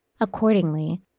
Accordingly